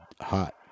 hot